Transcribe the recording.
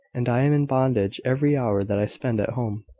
and i am in bondage every hour that i spend at home.